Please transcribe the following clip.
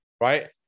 right